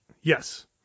Yes